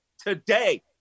Today